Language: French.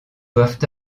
doivent